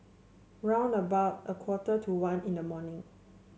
round about a quarter to one in the morning